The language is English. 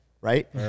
right